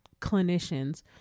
clinicians